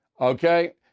Okay